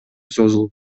созулуп